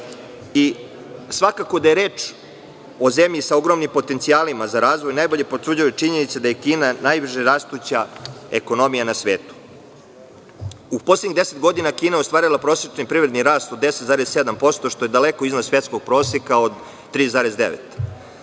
Svakako, da je reč o zemlji sa ogromnim potencijalima za razvoj, potvrđuju činjenice da je Kina najbrže rastuća ekonomija na svetu. U poslednjih 10 godina Kina je ostvarila prosečni privredni rast od 10,7%, što je daleko iznad svetskog proseka od 3,9.